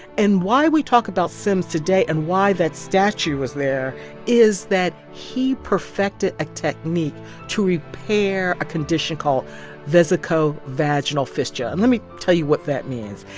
and why we talk about sims today and why that statue is there is that he perfected a technique to repair a condition called vesicovaginal fistula, and let me tell you what that means.